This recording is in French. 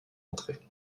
entrée